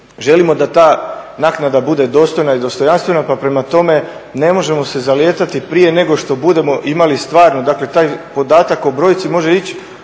želimo da ta naknada bude dostojna i dostojanstvena, pa prema tome ne možemo se zalijetati prije nego što budemo imali stvarno, dakle taj podatak o brojci može ići